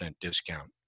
discount